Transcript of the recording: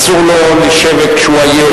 אסור לו לשבת כשהוא עייף,